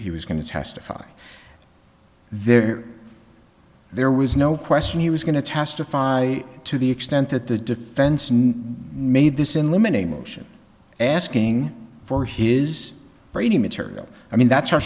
he was going to testify there there was no question he was going to testify to the extent that the defense knew made this in limon a motion asking for his brady material i mean that's for